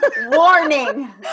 Warning